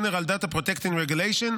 General data protecting regulation,